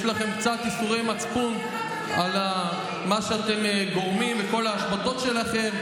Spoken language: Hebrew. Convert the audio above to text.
שיש לכם קצת ייסורי מצפון על מה שאתם גורמים וכל ההשבתות שלכם.